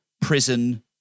prison